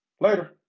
Later